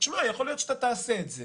יכול להיות שתעשה את זה